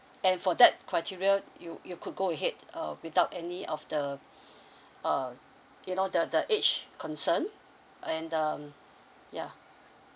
and for that criteria you you could go ahead uh without any of the uh you know the the age concern and um yeah